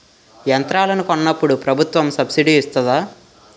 యంత్రాలను కొన్నప్పుడు ప్రభుత్వం సబ్ స్సిడీ ఇస్తాధా?